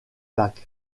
bach